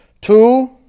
Two